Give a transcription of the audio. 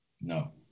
No